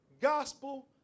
gospel